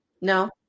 No